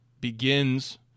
begins